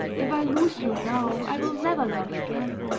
if i lose you now, i will never love again.